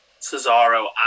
cesaro